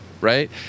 Right